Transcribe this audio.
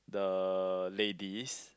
the ladies